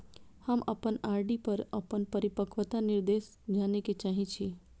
हम अपन आर.डी पर अपन परिपक्वता निर्देश जाने के चाहि छी